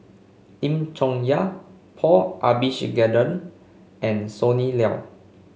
Lim Chong Yah Paul Abisheganaden and Sonny Liew